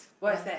what's that